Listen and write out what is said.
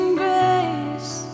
grace